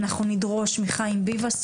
אנחנו נדרוש מחיים ביבס,